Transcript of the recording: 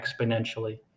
exponentially